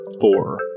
Four